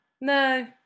no